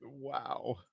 wow